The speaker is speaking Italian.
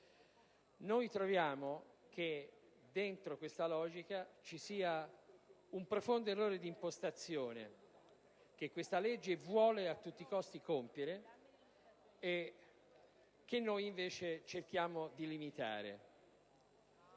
Noi riteniamo che questa logica contenga un profondo errore di impostazione, che questa legge vuole a tutti i costi compiere e che noi, invece, cerchiamo di limitare.